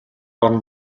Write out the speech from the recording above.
орон